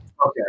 Okay